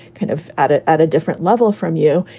kind of added at a different level from you.